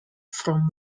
from